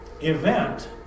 event